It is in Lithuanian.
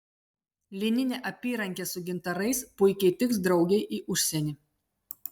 lininė apyrankė su gintarais puikiai tiks draugei į užsienį